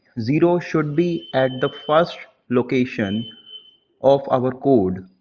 zero should be at the first location of our code.